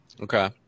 Okay